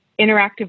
interactive